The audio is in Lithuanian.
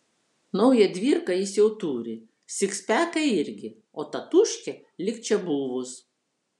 naują dvyrką jis jau turi sikspeką irgi o tatūškė lyg čia buvus